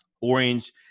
Orange